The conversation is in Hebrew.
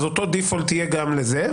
אותו דיפולט יהיה גם לזה.